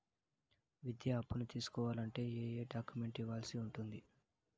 విద్యా అప్పును తీసుకోవాలంటే ఏ ఏ డాక్యుమెంట్లు ఇవ్వాల్సి ఉంటుంది